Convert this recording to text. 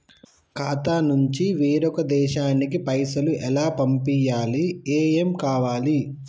ఖాతా నుంచి వేరొక దేశానికి పైసలు ఎలా పంపియ్యాలి? ఏమేం కావాలి?